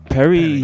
Perry